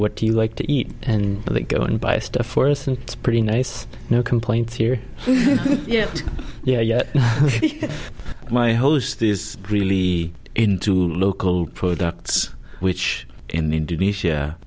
what do you like to eat and they go and buy stuff for us and it's pretty nice no complaints here yeah yeah yeah my host is really into local products which in indonesia